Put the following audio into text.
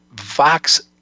Vox